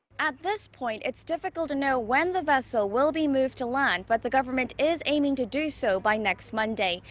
at this point, it's difficult to know when the ship but so will be tmoved to land. but the government is aiming to do so by next monday.